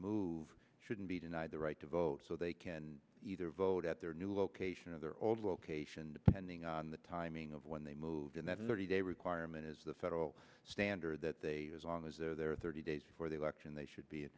move shouldn't be denied the right to vote so they can either vote at their new location of their old location depending on the timing of when they move in that thirty day requirement is the federal standard that they as long as there are thirty days before the election they should be